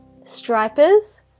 stripers